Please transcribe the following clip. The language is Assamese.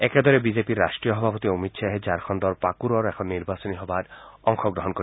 একেদৰে বিজেপিৰ ৰাট্টীয় সভাপতি অমিত শ্বাহে ঝাৰখণ্ডৰ পাকুৰৰ এখন নিৰ্বাচনী সভাত অংশগ্ৰহণ কৰিব